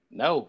no